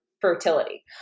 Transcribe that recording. fertility